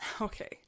Okay